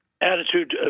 attitude